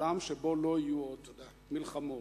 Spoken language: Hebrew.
עולם שבו לא יהיו עוד מלחמות.